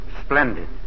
Splendid